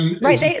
Right